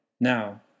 Now